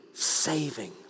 saving